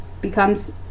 becomes